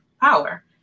power